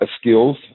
skills